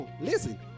listen